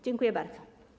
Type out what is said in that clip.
Dziękuję bardzo.